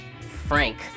Frank